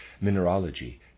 mineralogy